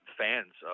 fans